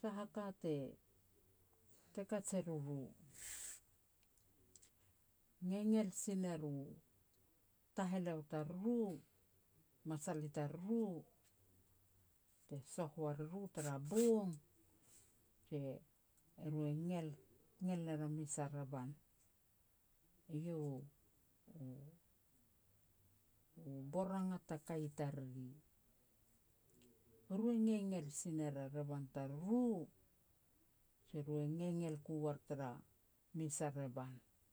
sah a ka te kaj e ruru. Ngengel si ner u taheleo taruru, masal i tariru, te soh ua ri ru tara bong, je ru e ngel-ngel ner a mes a revan. Eiau u-u, bor rangat ta kai i tariri. Eru e ngengel si ner a revan tariru, je ru e ngengel ku uar tara mes a revan.